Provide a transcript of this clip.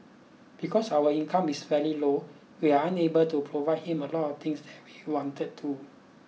because our income is very low we are unable to provide him a lot of things that we wanted to